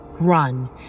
run